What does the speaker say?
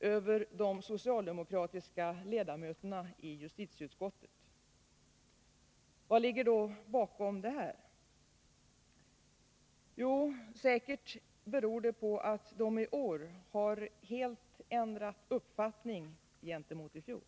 över de socialdemokratiska ledamöterna i justitieutskottet. Vad ligger då bakom detta? Jo, säkert beror det på att de i år helt har ändrat uppfattning gentemot i fjol.